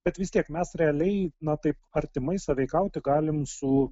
bet vis tiek mes realiai na taip artimai sąveikauti galim su